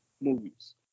movies